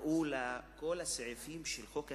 קראו לכל הסעיפים של חוק ההסדרים,